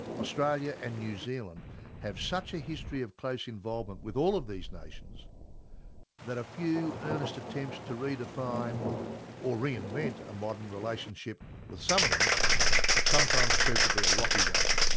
australia and new zealand have such a history of close involvement with all of these nations that a few earnest attempts to redefine or reinvent a modern relationship with some of them have sometimes proved to be a rocky road.